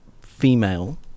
female